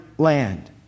land